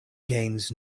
gains